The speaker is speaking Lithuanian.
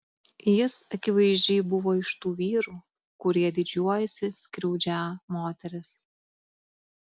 jis akivaizdžiai buvo iš tų vyrų kurie didžiuojasi skriaudžią moteris